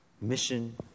Mission